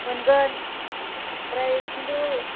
मोनगोन ओमफ्राय खिन्थु